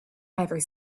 ever